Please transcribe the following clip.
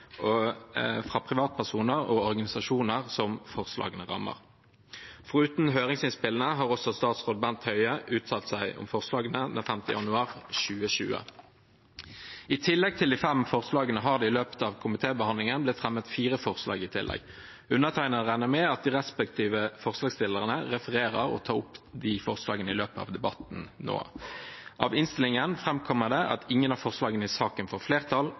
fra privatpersoner og organisasjoner som forslagene rammer. Foruten høringsinnspillene har statsråd Bent Høie uttalt seg om forslagene, den 5. januar 2020. I tillegg til de fem forslagene har det i løpet av komitébehandlingen blitt fremmet fire forslag. Undertegnede regner med at de respektive forslagsstillerne refererer og tar opp de forslagene i løpet av debatten. Av innstillingen framkommer det at ingen av forslagene i saken får flertall.